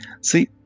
See